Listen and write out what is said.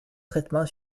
traitements